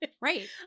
Right